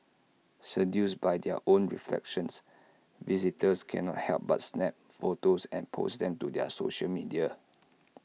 seduced by their own reflections visitors cannot help but snap photos and post them to their social media